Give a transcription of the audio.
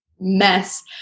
mess